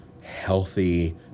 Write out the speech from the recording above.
healthy